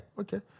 okay